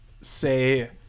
say